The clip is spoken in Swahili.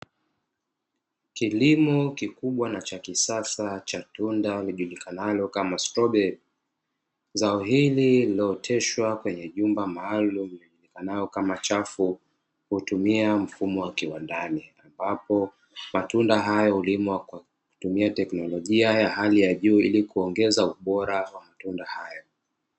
Kilimo kikubwa na cha kisasa cha tunda lijulikanalo kama stroberi. Zao hili lililooteshwa kwenye jumba maalumu lijulikanalo kama chafu, hutumia mfumo wa kiwandani, ambapo matunda hayo hulimwa kwa kutumia teknolojia ya hali ya juu, ili kuongeza ubora wa matunda hayo.